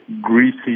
greasy